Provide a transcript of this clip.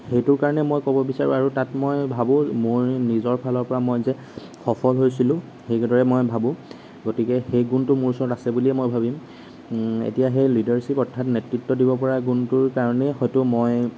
সেইটোৰ কাৰণে মই ক'ব বিচাৰোঁ আৰু তাত মই ভাবোঁ মোৰ নিজৰ ফালৰ পৰা মই যে সফল হৈছিলোঁ সেইদৰেই মই ভাবোঁ গতিকে সেই গুণটো মোৰ ওচৰত আছে বুলিয়েই মই ভাবিম এতিয়া সেই লীডাৰশ্বীপ অৰ্থাৎ নেতৃত্ব দিব পৰা গুণটোৰ কাৰণেই হয়তো মই